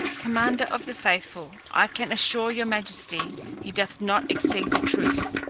commander of the faithful, i can assure your majesty he doth not exceed the truth.